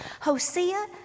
Hosea